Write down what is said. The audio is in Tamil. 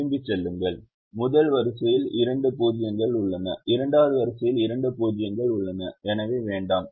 திரும்பிச் செல்லுங்கள் முதல் வரிசையில் இரண்டு 0 கள் உள்ளன 2 வது வரிசையில் இரண்டு 0 கள் உள்ளன எனவே வேண்டாம்